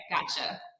gotcha